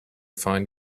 find